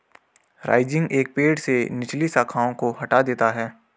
rising एक पेड़ से निचली शाखाओं को हटा देता है